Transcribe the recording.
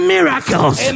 Miracles